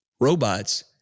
robots